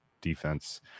defense